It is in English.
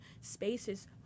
spaces